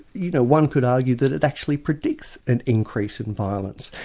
you know one could argue that it actually predicts an increase in violence.